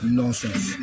nonsense